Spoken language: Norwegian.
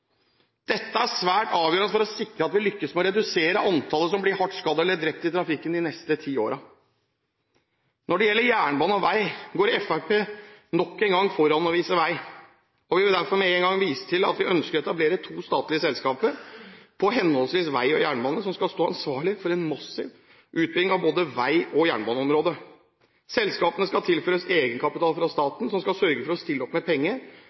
Dette er svært avgjørende for å sikre at vi lykkes med å redusere antallet som blir hardt skadd eller drept i trafikken de neste ti årene. Når det gjelder jernbane og vei, går Fremskrittspartiet nok en gang foran og viser vei. Vi vil derfor med en gang vise til at vi ønsker å etablere to statlige selskaper på henholdsvis vei og jernbane, som skal stå ansvarlig for en massiv utbygging av både vei- og jernbaneområdet. Selskapene skal tilføres egenkapital fra staten, som skal sørge for å stille opp med penger